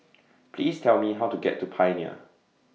Please Tell Me How to get to Pioneer